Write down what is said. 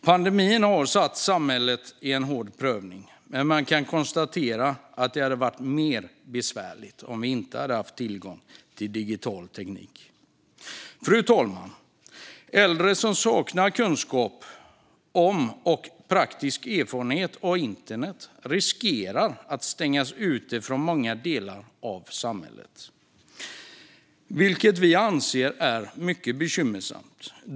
Pandemin har varit en hård prövning för samhället, men det hade varit mer besvärligt om vi inte hade haft tillgång till digital teknik. Fru talman! Äldre som saknar kunskap om och praktisk erfarenhet av internet riskerar att stängas ute från många delar av samhället. Det är mycket bekymmersamt.